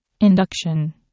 Induction